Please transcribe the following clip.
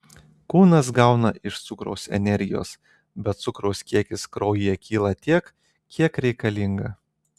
kūnas gauna iš cukraus energijos bet cukraus kiekis kraujyje kyla tiek kiek reikalinga